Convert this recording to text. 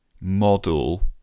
model